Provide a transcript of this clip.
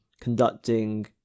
conducting